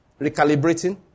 recalibrating